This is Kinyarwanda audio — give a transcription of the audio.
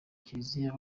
kiliziya